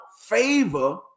favor